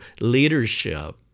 leadership